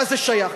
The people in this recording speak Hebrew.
מה זה שייך?